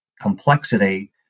complexity